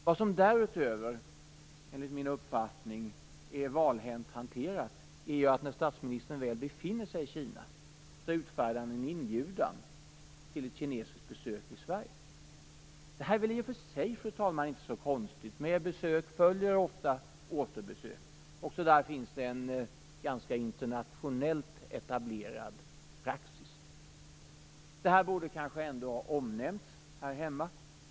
Vad som därutöver, enligt min uppfattning, är valhänt hanterat är att statsministern, när han väl befinner sig i Kina, utfärdar en inbjudan till ett kinesiskt besök i Sverige. Detta, fru talman, är i och för sig inte så konstigt. Med besök följer ju ofta återbesök. Också där finns det en internationellt ganska etablerad praxis. Detta borde kanske ändå ha omnämnts här hemma.